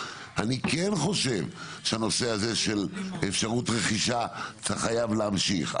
אני כן חושב שהנושא הזה של אפשרות רכישה חייב להמשיך,